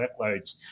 workloads